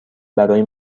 برای